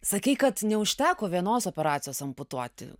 sakei kad neužteko vienos operacijos amputuoti